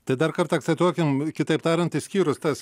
tai dar kartą akcentuokim kitaip tariant išskyrus tas